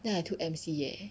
then I took M_C eh